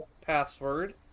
password